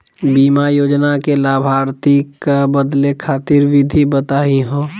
बीमा योजना के लाभार्थी क बदले खातिर विधि बताही हो?